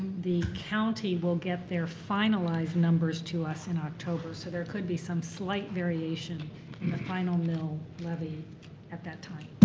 the county will get their finalized numbers to us in october so there could be some slight variation of the final mill levy at that time.